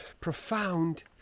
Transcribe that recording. profound